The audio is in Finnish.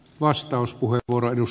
arvoisa puhemies